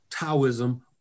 Taoism